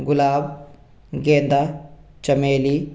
गुलाब गेंदा चमेली